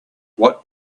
what